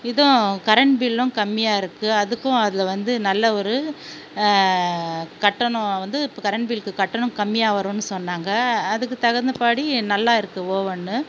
இதுவும் கரண்ட் பில்லும் கம்மியாக இருக்குது அதுக்கும் அதில் வந்து நல்ல ஒரு கட்டணம் வந்து இப்போ கரண்ட் பில்க்கு கட்டணம் கம்மியாக வரும்னு சொன்னாங்கள் அதுக்கு தகுந்தபடி நல்லா இருக்குது ஓவன்னு